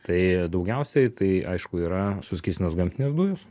tai daugiausiai tai aišku yra suskystintos gamtinės dujos